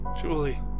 Julie